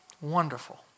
Wonderful